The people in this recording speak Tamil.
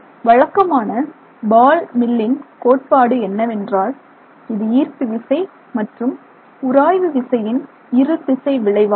வழக்கமான பால் மில்லின் கோட்பாடு என்னவென்றால் இது ஈர்ப்பு விசை மற்றும் உராய்வு விசையின் இரு திசை விளைவாகும்